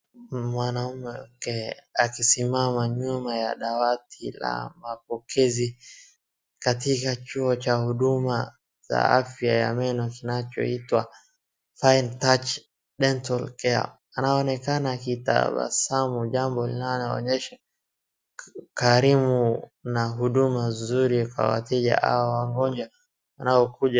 Mwanamke akisimama nyuma ya dawati la ambapo kesi katika chuo cha huduma za afya ya meno kinachoitwa Fine Touch DENTAL CARE . Anaonekana akitabasamu, jambo linaloonyesha ukarimu na huduma nzuri kwa wateja au wagonjwa wanaokuja...